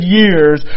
years